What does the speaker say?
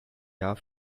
jahr